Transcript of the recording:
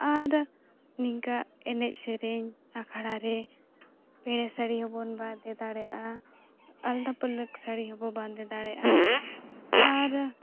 ᱟᱨ ᱱᱤᱝᱠᱟᱹ ᱮᱱᱮᱡᱼᱥᱮᱨᱮᱧ ᱟᱠᱷᱲᱟᱨᱮ ᱯᱮᱬᱮ ᱥᱟᱹᱲᱤ ᱦᱚᱸᱵᱚᱱ ᱵᱟᱸᱫᱮ ᱫᱟᱲᱮᱭᱟᱜᱼᱟ ᱟᱞᱛᱟ ᱯᱟᱹᱲᱞᱟᱹᱠ ᱥᱟᱹᱲᱤᱦᱚᱸᱵᱚᱱ ᱵᱟᱸᱫᱮ ᱫᱟᱲᱮᱜᱼᱟ ᱟᱨ